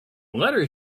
letter